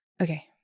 Okay